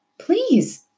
Please